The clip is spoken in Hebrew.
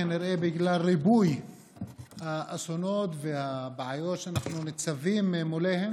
כנראה בגלל ריבוי האסונות והבעיות שאנחנו ניצבים מולם,